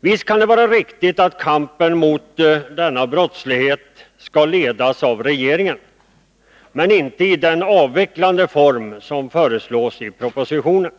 Visst kan det vara riktigt att kampen mot denna brottslighet skall ledas av regeringen, men inte i den avvecklande form som föreslås i propositionen.